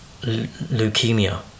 leukemia